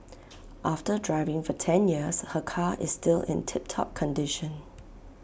after driving for ten years her car is still in tip top condition